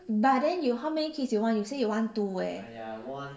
but then you how many kids you want you say you want two eh